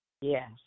Yes